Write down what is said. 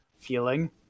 feeling